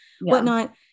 whatnot